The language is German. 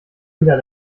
wieder